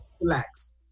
relax